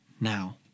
now